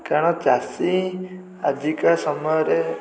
କାରଣ ଚାଷୀ ଆଜିକା ସମୟରେ